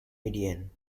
midian